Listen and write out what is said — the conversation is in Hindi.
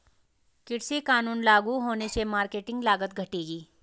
कृषि कानून लागू होने से मार्केटिंग लागत घटेगी